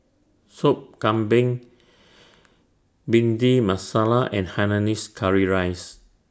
Sop Kambing Bhindi Masala and Hainanese Curry Rice